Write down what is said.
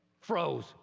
Froze